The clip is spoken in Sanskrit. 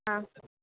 हा